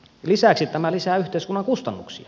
lisäksi tämä lisää yhteiskunnan kustannuksia